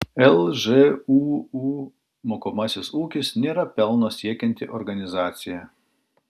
lžūu mokomasis ūkis nėra pelno siekianti organizacija